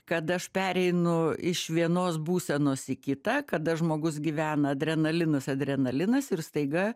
kad aš pereinu iš vienos būsenos į kitą kada žmogus gyvena adrenalinas adrenalinas ir staiga